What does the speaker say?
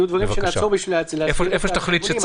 יהיו דברים שנעצור בשביל להציג את התיקונים,